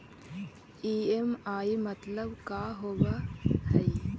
EMI मतलब का होब हइ?